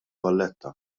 valletta